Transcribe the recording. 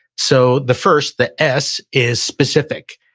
so the first, the s is specific.